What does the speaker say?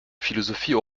philosophies